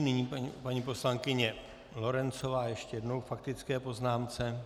Nyní paní poslankyně Lorencová ještě jednou k faktické poznámce.